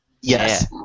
Yes